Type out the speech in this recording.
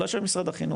לא ישב עם משרד החינוך.